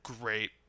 great